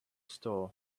store